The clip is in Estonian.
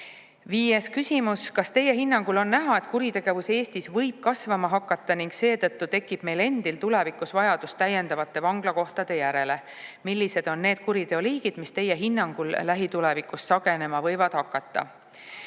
Viies küsimus: "Kas Teie hinnangul on näha, et kuritegevus Eestis võib kasvama hakata ning seetõttu tekib meil endil tulevikus vajadus täiendavate vanglakohtade järele? Millised on need kuriteoliigid, mis Teie hinnangul lähitulevikus sagenema võivad hakata?"